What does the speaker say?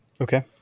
Okay